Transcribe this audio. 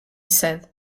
said